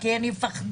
כי הן יפחדו